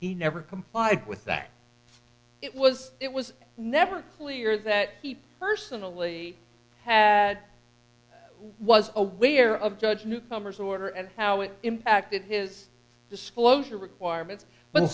he never complied with that it was it was never clear that he personally had i was aware of judge newcomer's order and how it impacted his disclosure requirement